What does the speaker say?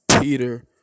Peter